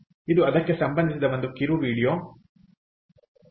ಇದು ಅದಕ್ಕೆ ಸಂಬಂಧಿಸಿದ ಒಂದು ಕಿರು ವಿಡಿಯೋ ಆಗಿದೆ